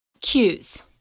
cues